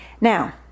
Now